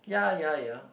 ya ya ya